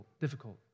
difficult